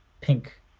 pink